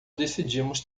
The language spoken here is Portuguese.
decidimos